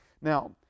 Now